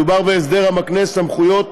מדובר בהסדר המקנה סמכויות